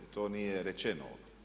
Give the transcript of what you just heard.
To nije rečeno.